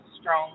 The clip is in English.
strong